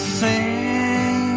sing